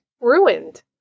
ruined